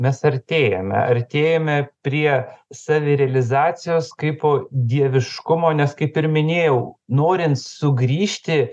mes artėjame artėjame prie savirealizacijos kaipo dieviškumo nes kaip ir minėjau norint sugrįžti